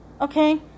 okay